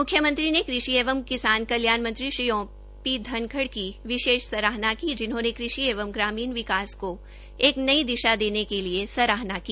मुख्यमंत्री ने कृषि एवं किसान कल्याण मंत्री श्री ओपी धनखड़ की विशेष सराहना की जिन्होंने कृषि एवं ग्रामीण विकास को एक नई दिशा देने के लिए सराहना की